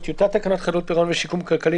"טיוטת תקנות חדלות פירעון ושיקום כלכלי